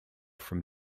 from